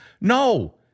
No